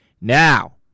Now